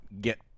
get